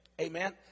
Amen